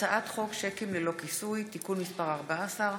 הצעת חוק שיקים ללא כיסוי (תיקון מס' 14),